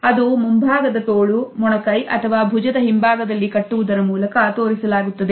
ಅದು ಮುಂಭಾಗದ ತೋಳು ಮೊಣಕೈ ಅಥವಾ ಭುಜದ ಹಿಂಭಾಗದಲ್ಲಿ ಕಟ್ಟುವುದರ ಮೂಲಕ ತೋರಿಸಲಾಗುತ್ತದೆ